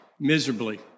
miserably